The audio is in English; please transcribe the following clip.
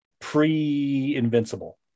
pre-invincible